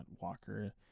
Walker